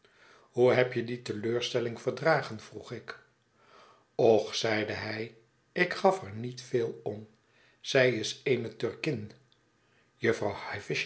hoe heb je die teleurstelling verdragen vroeg ik och zeide hij ik gaf er niet veel pm zij is eene turkin jufvrouw